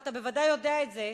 ואתה בוודאי יודע את זה,